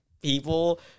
people